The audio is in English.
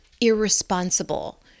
irresponsible